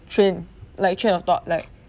train like train of thought like